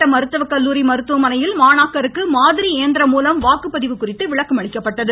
மாவட்ட மருத்துவக்கல்லூரி மருத்துவமனையில் மாணாக்கருக்கு மாதிரி இயந்திரம் மூலம் வாக்குப்பதிவு குறித்து விளக்கமளிக்கப்பட்டது